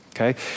okay